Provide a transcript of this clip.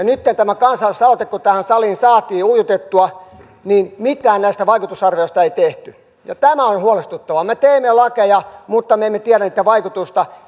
nyt kun tämä kansalaisaloite tähän saliin saatiin ujutettua niin mitään näistä vaikutusarvioista ei tehty ja tämä on huolestuttavaa me me teemme lakeja mutta emme tiedä niitten vaikutusta